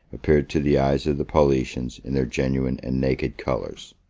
appeared to the eyes of the paulicians in their genuine and naked colors.